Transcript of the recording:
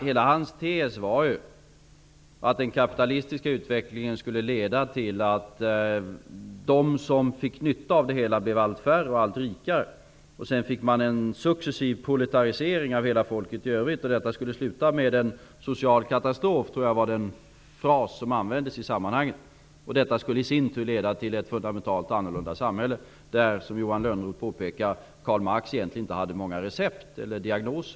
Hela hans tes var ju att den kapitalistiska utvecklingen skulle leda till att de som fick nytta av den blev allt färre och allt rikare. Sedan skulle det bli en successiv proletarisering av hela det övriga folket, och detta skulle sluta med en social katastrof. Jag tror att det var den fras som användes i sammanhanget. Detta skulle i sin tur leda till ett fundamentalt förändrat samhälle. För det samhället hade Karl Marx -- som Johan Lönnroth påpekade -- egentligen inte så många recept eller diagnoser.